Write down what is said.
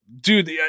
dude